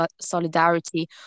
solidarity